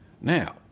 now